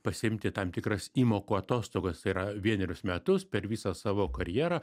pasiimti tam tikras įmokų atostogas tai yra vienerius metus per visą savo karjerą